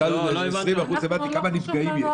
שאלתי על מספר הנפגעים.